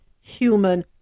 human